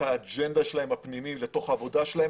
האג'נדה הפנימית שלהם לתוך העבודה שלהם,